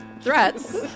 threats